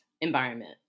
environment